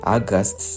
August